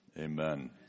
amen